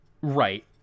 Right